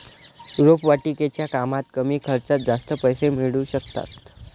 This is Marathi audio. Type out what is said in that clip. रोपवाटिकेच्या कामात कमी खर्चात जास्त पैसे मिळू शकतात